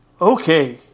Okay